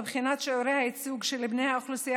בבחינת שיעורי הייצוג של בני האוכלוסייה